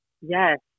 Yes